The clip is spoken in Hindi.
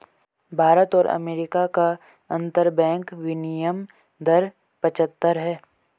भारत और अमेरिका का अंतरबैंक विनियम दर पचहत्तर है